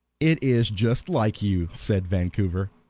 it is just like you, said vancouver,